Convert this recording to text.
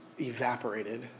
evaporated